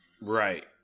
Right